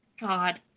God